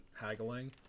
haggling